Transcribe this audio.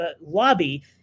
Lobby